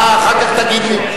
מה אחר כך תגיד לי?